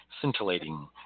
scintillating